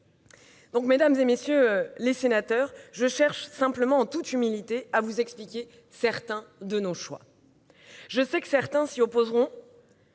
Mesdames, messieurs les sénateurs, je cherche simplement, en toute humilité, à vous expliquer certains de nos choix. Je sais que certains s'y opposeront,